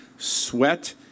Sweat